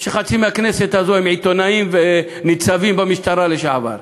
שחצי מהכנסת הזאת הם עיתונאים וניצבים במשטרה לשעבר.